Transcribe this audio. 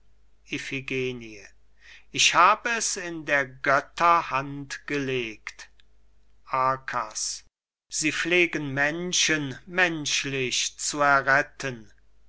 ich hab es in der götter hand gelegt arkas sie pflegen menschen menschlich zu erretten